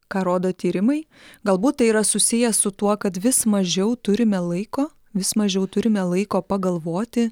ką rodo tyrimai galbūt tai yra susiję su tuo kad vis mažiau turime laiko vis mažiau turime laiko pagalvoti